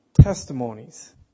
testimonies